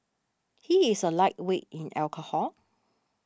he is a lightweight in alcohol